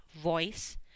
voice